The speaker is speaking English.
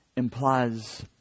implies